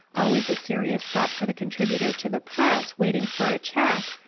always a serious thought for the contributor to the press waiting for a cheque,